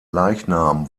leichnam